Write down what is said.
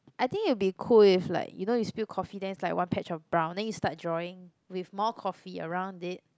I think it'll be cool if like you know you spill coffee then it's like one patch of brown then you start drawing with more coffee around it